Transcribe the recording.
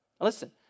Listen